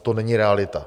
To není realita.